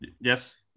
Yes